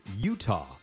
Utah